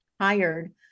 hired